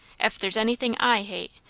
if there's anything i hate,